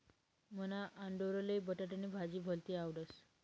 मन्हा आंडोरले बटाटानी भाजी भलती आवडस